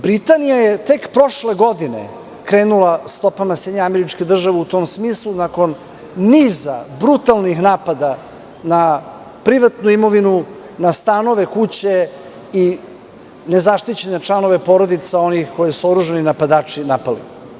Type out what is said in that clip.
Britanija je tek prošle godine krenula stopama SAD u tom smislu, nakon niza brutalnih napada na privatnu imovinu, na stanove, kuće i nezaštićene članove porodica onih koje su oružani napadači napali.